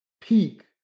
peak